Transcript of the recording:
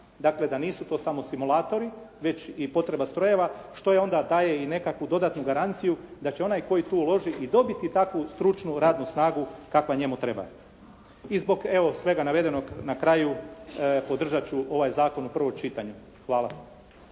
dakle da nisu to samo simulatori već i potreba strojeva što joj onda daje i nekakvu dodatnu garanciju da će onaj tko i tu uloži i dobiti takvu stručnu radnu snagu kakva njemu treba. I zbog evo svega navedenog na kraju podržat ću ovaj zakon u prvom čitanju. Hvala.